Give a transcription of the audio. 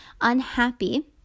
unhappy